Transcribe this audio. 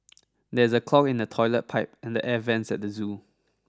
there is a clog in the toilet pipe and the air vents at the zoo